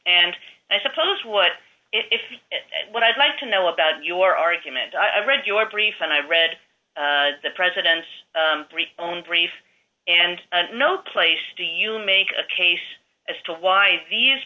and i suppose what if what i'd like to know about your argument i've read your brief and i've read the president's own brief and no place do you make a case as to why these